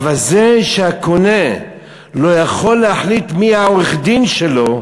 אבל זה שהקונה לא יכול להחליט מי העורך-דין שלו,